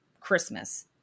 christmas